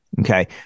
okay